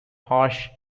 harsh